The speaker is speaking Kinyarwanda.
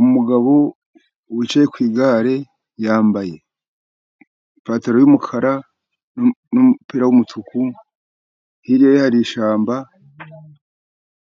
Umugabo wicaye ku igare, yambaye ipantaro y'umukara, n'umupira w'umutuku. Hirya ye hari ishyamba,